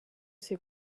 ses